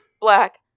black